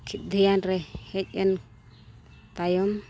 ᱠᱟᱹᱡ ᱫᱷᱮᱭᱟᱱ ᱨᱮ ᱦᱮᱡ ᱮᱱ ᱛᱟᱭᱚᱢ